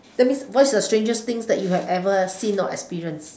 that means what is the strangest things that you have ever seen or experienced